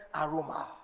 aroma